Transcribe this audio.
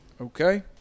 Okay